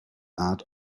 art